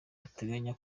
bateganya